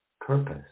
purpose